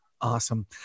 Awesome